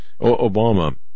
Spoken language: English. Obama